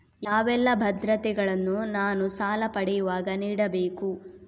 ಯಾವೆಲ್ಲ ಭದ್ರತೆಗಳನ್ನು ನಾನು ಸಾಲ ಪಡೆಯುವಾಗ ನೀಡಬೇಕು?